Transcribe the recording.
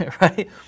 right